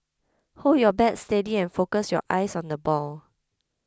hold your bat steady and focus your eyes on the ball